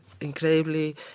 incredibly